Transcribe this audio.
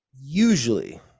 Usually